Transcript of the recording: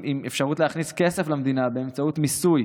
עם אפשרות להכניס כסף למדינה באמצעות מיסוי,